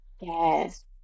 Yes